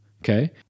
okay